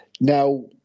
Now